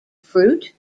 fruit